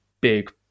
big